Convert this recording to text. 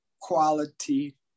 quality